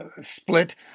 split